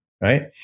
right